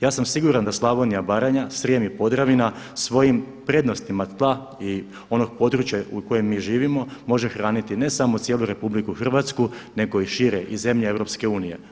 Ja sam siguran da Slavonija i Baranja, Srijem i Podravina svojim prednostima tla i onog područja u kojem mi živimo može hraniti ne samo cijelu RH nego i šire i zemlje EU.